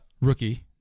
Rookie